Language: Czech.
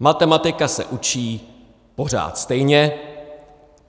Matematika se učí pořád stejně,